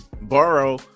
borrow